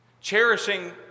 Cherishing